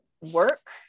work